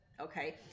Okay